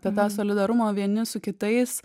apie tą solidarumą vieni su kitais